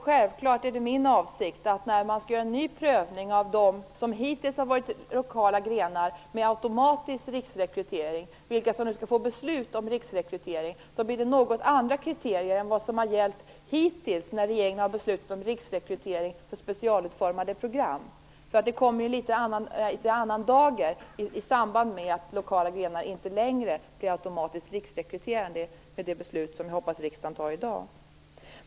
Självfallet är det också min avsikt att när det skall göras en ny prövning av vilka av de grenar som hittills har varit lokala med automatisk riksrekrytering som skall få ett beslut om riksrekrytering kommer något andra kriterier än hittills att gälla. När regeringen har beslutat om riksrekrytering för specialutformade program har andra regler gällt. Vi kommer i en litet annan dager i samband med att lokala grenar inte längre blir automatiskt riksrekryterande i och med det beslut som jag hoppas att riksdagen fattar i dag.